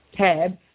tab